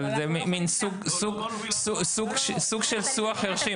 אבל זה סוג של שיח חירשים.